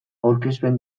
aurkezpen